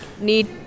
need